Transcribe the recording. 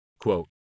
Quote